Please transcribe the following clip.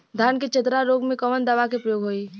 धान के चतरा रोग में कवन दवा के प्रयोग होई?